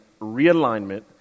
realignment